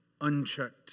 unchecked